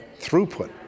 throughput